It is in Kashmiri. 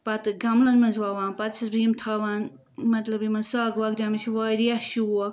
پَتہٕ گملَن منٛز وَوان پَتہٕ چھس بہٕ یِم تھاوان مطلب یِمن سَگ وَگ دِوان مےٚ چھُ واریاہ شوق